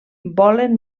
volen